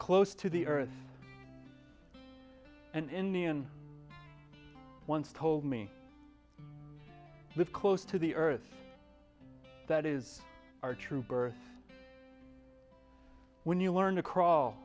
close to the earth an indian once told me to live close to the earth that is our true birth when you learn to crawl